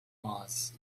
mars